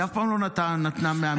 היא אף פעם לא נתנה 100 מיליון.